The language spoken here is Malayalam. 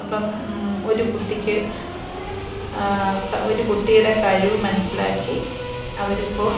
അപ്പം ഒരു കുട്ടിക്ക് ഒരു കുട്ടിയുടെ കഴിവ് മനസ്സിലാക്കി അവർ ഇപ്പോള്